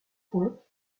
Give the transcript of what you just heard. points